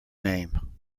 name